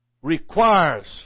requires